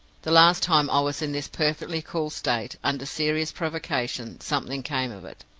the last time i was in this perfectly cool state, under serious provocation, something came of it,